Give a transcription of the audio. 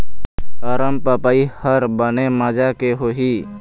अरमपपई हर बने माजा के होही?